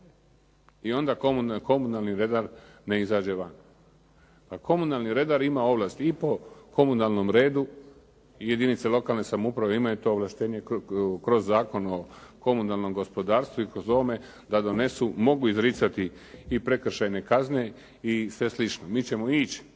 I onda komunalni redar ne izađe van. Pa komunalni redar ima ovlasti i po komunalnom redu i jedinice lokalne samouprave imaju to ovlaštenje kroz Zakon o komunalnom gospodarstvu i kroz ovo da mogu izricati i prekršajne kazne i sl. Mi ćemo ići